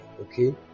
okay